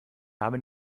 habe